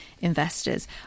investors